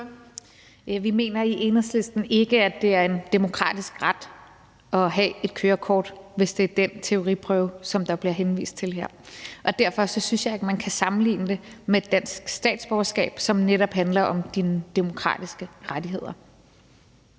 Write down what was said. Vi mener i Enhedslisten ikke, at det er en demokratisk ret at have et kørekort, hvis det er den teoriprøve, der bliver henvist til her. Derfor synes jeg ikke, man kan sammenligne det med et dansk statsborgerskab, som netop handler om dine demokratiske rettigheder.